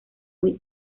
muy